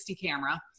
camera